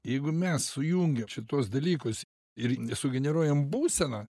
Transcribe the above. jeigu mes sujungiam šituos dalykus ir nesugeneruojam būseną